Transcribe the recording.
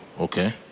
okay